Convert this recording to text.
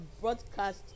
broadcast